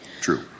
True